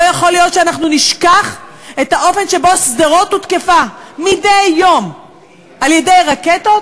לא יכול להיות שנשכח את האופן שבו שדרות הותקפה מדי יום על-ידי רקטות,